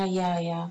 err ya ya